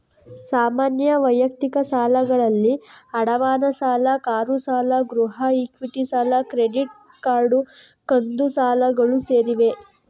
ಸಾಮಾನ್ಯ ವೈಯಕ್ತಿಕ ಸಾಲಗಳಲ್ಲಿ ಅಡಮಾನ ಸಾಲ, ಕಾರು ಸಾಲ, ಗೃಹ ಇಕ್ವಿಟಿ ಸಾಲ, ಕ್ರೆಡಿಟ್ ಕಾರ್ಡ್, ಕಂತು ಸಾಲಗಳು ಸೇರಿವೆ